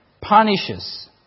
punishes